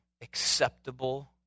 acceptable